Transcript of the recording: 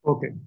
Okay